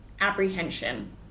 apprehension